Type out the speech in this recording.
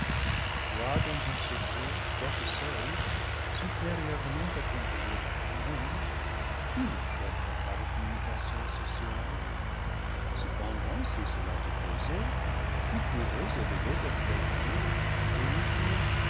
toi dans ton secret quoique seul supérieure ment accompagné de toi-même tu ne cherches pas de com munication sociale cependant si cela te plaisait tu pourrais élever ta créature déifiée